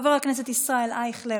חבר הכנסת ישראל אייכלר,